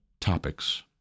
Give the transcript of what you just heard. topics